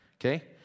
Okay